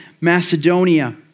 Macedonia